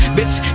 Bitch